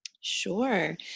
Sure